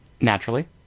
Naturally